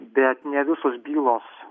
bet ne visos bylos